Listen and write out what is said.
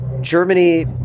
Germany